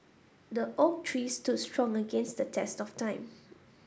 the oak tree stood strong against the test of time